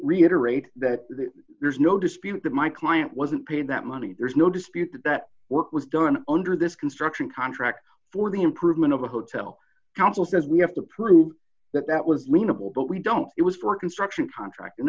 reiterate that there's no dispute that my client wasn't paid that money there's no dispute that that work was done under this construction contract for the improvement of the hotel council says we have to prove that that was minimal but we don't it was for construction contract and